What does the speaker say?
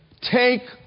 take